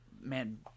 Man